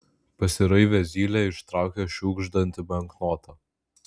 pasiraivęs zylė ištraukė šiugždantį banknotą